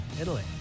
Italy